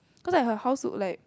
cause like her house look like